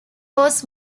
was